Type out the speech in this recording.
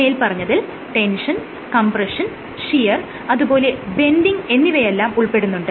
മേല്പറഞ്ഞതിൽ tension compression shear അതുപോലെ bending എന്നിവയെല്ലാം ഉൾപ്പെടുന്നുണ്ട്